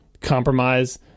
compromise